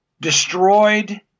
destroyed